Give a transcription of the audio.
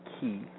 key